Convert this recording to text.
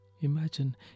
Imagine